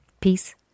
peace